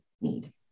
need